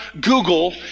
Google